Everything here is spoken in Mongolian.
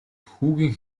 хүүгийн